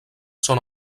són